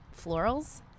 florals